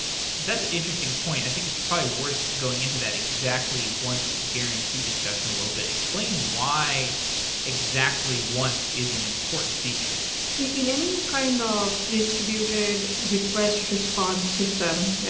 that's an interesting point. i think it's probably worth going into that exactly once guarantee discussion a little bit. explained why exactly once is an important feature in any kind of distributed request response system,